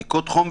בדיקות חום,